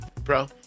bro